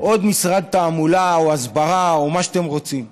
עוד משרד תעמולה או הסברה או מה שאתם רוצים.